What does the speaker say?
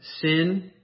sin